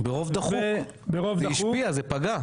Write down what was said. ברוב דחוק, זה השפיע זה פגע.